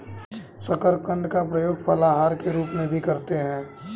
शकरकंद का प्रयोग फलाहार के रूप में भी करते हैं